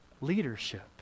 leadership